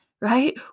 Right